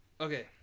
Okay